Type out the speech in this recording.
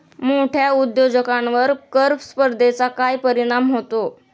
मोठ्या उद्योजकांवर कर स्पर्धेचा काय परिणाम होतो?